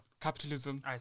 capitalism